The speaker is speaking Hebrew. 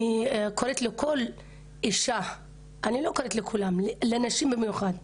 אני קוראת לכל אישה, לא לכולם אבל לנשים במיוחד,